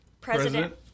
president